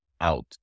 out